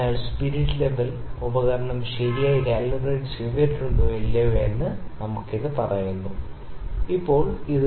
അതിനാൽ spirit level ഉപകരണം ശരിയായി കാലിബ്രേറ്റ് ചെയ്തിട്ടുണ്ടോ ഇല്ലയോ എന്ന് ഇത് നമ്മോട് പറയും